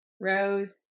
Rose